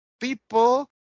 people